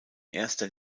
erster